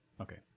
Okay